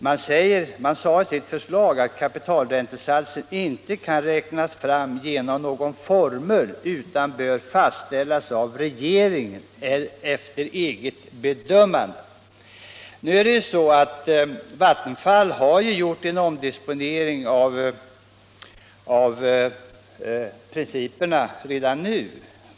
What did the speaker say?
Man sade i sitt förslag att kapitalräntesatsen inte kan räknas fram genom någon formel utan bör fastställas av regeringen efter eget bedömande. Vattenfall har emellertid redan gjort en omdisponering av principerna.